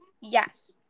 Yes